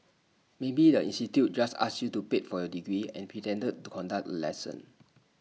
maybe the institute just asked you to pay for your degree and pretended to conduct the lesson